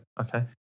Okay